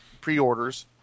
pre-orders